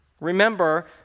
Remember